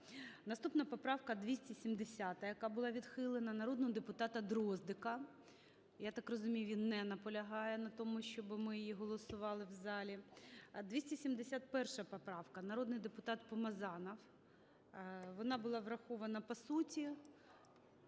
Наступна поправка - 270, яка була відхилена, народного депутата Дроздика. Я так розумію, він не наполягає на тому, щоби ми її голосували в залі. 271-а поправка. Народний депутат Помазанов. Вона була врахована по суті.